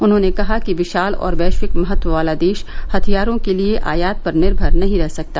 उन्होंने कहा कि विशाल और वैश्विक महत्व वाला देश हथियारों के लिए आयात पर निर्भर नहीं रह सकता